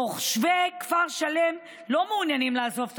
תושבי כפר שלם לא מעוניינים לעזוב את